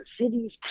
cities